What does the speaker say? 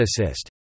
assist